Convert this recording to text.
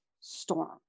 storm